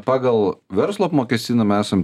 pagal verslo apmokestinamą esam